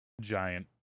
giant